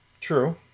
True